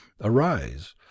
arise